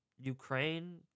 Ukraine